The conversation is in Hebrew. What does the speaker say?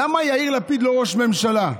למה יאיר לפיד לא ראש ממשלה?